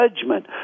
judgment